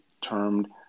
termed